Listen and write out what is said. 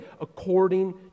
according